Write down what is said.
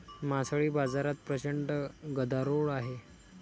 मासळी बाजारात प्रचंड गदारोळ आहे